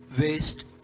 waste